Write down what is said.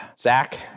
Zach